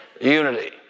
unity